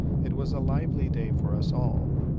it was a lively day for us all.